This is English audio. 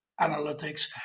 analytics